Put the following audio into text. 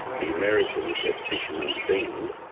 the americans at fisherman's bend,